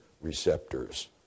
receptors